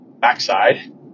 backside